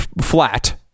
flat